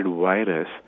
virus